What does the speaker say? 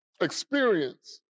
experience